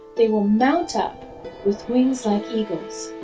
they will mount up with wings like eagles.